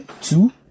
Two